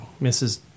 Mrs